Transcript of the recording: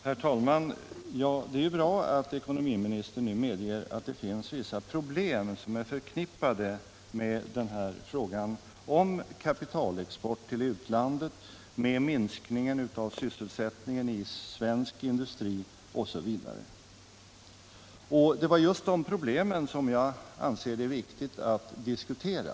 Herr talman! Det är bra att ekonomiministern nu medger att vissa problem är förknippade med kapitalexport till utlandet, med minskningen av sysselsättningen i svensk industri osv. Det är just de problemen som jag anser det viktigt att diskutera.